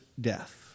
death